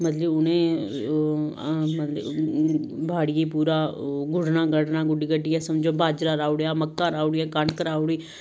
मतलब कि उनें ओह् मतलब बाड़ियै गी पूरा गुड्डना गाडना गुड्डी गड्डियै समझो बाजरा राही ओड़ेआ मक्कां राही ओड़ियां कनक राही ओड़ी